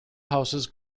houses